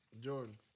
Jordan